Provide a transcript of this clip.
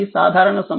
ఇది సాధారణ సమస్య